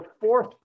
fourth